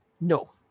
No